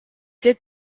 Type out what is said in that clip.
did